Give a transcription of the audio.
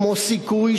כמו "סיכוי",